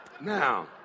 Now